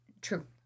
True